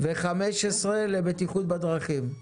ו-15 לבטיחות בדרכים.